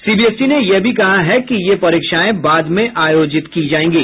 CBSE ने यह भी कहा है कि ये परीक्षाएं बाद में आयोजित की जाएंगी